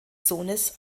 sohnes